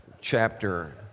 chapter